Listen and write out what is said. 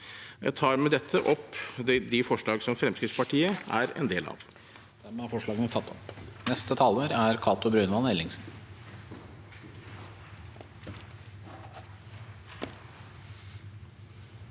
Jeg tar med dette opp det forslaget som Fremskrittspartiet er en del av.